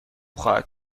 خواهد